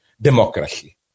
democracy